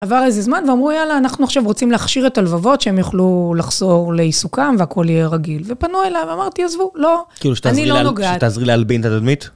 עבר איזה זמן, ואמרו יאללה, אנחנו עכשיו רוצים להכשיר את הלבבות, שהם יוכלו לחזור לעיסוקם והכול יהיה רגיל. ופנו אלי, אמרתי, עזבו, לא, אני לא נוגעת. כאילו שתעזרי להלבין את התדמית?